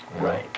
right